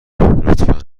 لطفا